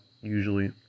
usually